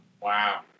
Wow